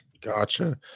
Gotcha